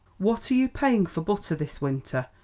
what are you paying for butter this winter?